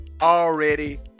already